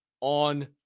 on